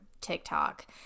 TikTok